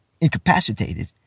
incapacitated